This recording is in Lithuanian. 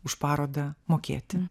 už parodą mokėti